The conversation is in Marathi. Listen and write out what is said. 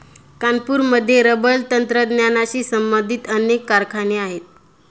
कानपूरमध्ये रबर तंत्रज्ञानाशी संबंधित अनेक कारखाने आहेत